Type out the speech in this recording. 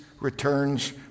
returns